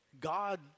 God